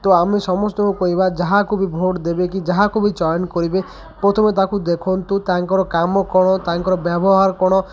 ତ ଆମେ ସମସ୍ତଙ୍କୁ କହିବା ଯାହାକୁ ବି ଭୋଟ ଦେବେ କି ଯାହାକୁ ବି ଚଏନ୍ କରିବେ ପ୍ରଥମେ ତାକୁ ଦେଖନ୍ତୁ ତାଙ୍କର କାମ କ'ଣ ତାଙ୍କର ବ୍ୟବହାର କ'ଣ